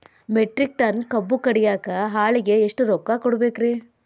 Metric ton ಕಬ್ಬು ಕಡಿಯಾಕ ಆಳಿಗೆ ಎಷ್ಟ ರೊಕ್ಕ ಕೊಡಬೇಕ್ರೇ?